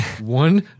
One